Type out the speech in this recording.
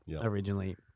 originally